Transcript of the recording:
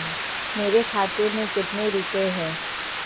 मेरे खाते में कितने रुपये हैं?